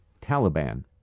Taliban